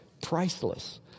priceless